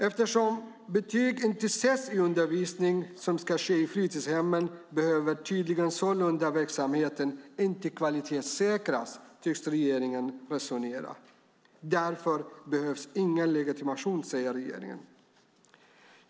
Eftersom betyg inte sätts i undervisning som ska ske i fritidshemmen behöver verksamheten inte kvalitetssäkras, tycks regeringen resonera. Därför behövs ingen legitimation, säger regeringen.